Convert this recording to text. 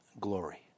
glory